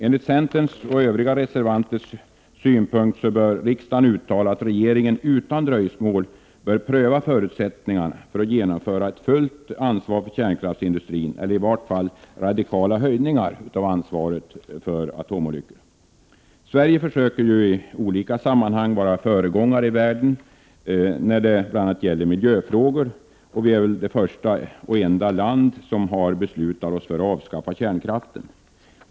Enligt centerns och övriga reservanters synpunkt bör riksdagen uttala att regeringen utan dröjsmål prövar förutsättningarna för att genomföra ett fullt ansvar för kärnkraftsindustrin, eller i vart fall radikala höjningar av ansvarsbeloppet vid atomolyckor. Sverige försöker ju i olika sammanhang vara en föregångare i världen, bl.a. när det gäller miljöfrågor. Vi är det första och enda land som har beslutat att avskaffa kärnkraften.